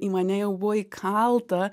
į mane jau buvo įkalta